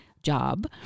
job